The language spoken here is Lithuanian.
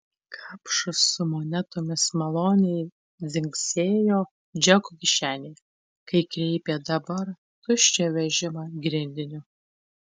kapšas su monetomis maloniai dzingsėjo džeko kišenėje kai kreipė dabar tuščią vežimą grindiniu